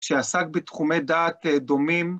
שעסק בתחומי דעת דומים